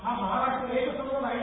हा महाराष्ट्र एक संघ आहे